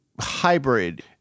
hybrid